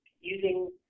using